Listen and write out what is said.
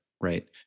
right